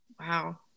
Wow